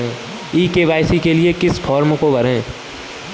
ई KYC के लिए किस फ्रॉम को भरें?